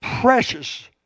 precious